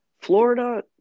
Florida